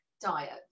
diet